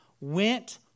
Went